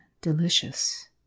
delicious